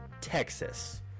Texas